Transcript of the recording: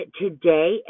today